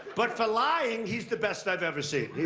but for lying he's the best i've ever seen.